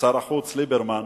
שר החוץ ליברמן,